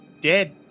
dead